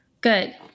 good